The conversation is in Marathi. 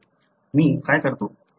मी काय करतो